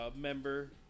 member